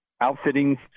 outfitting